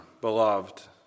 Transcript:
beloved